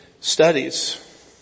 studies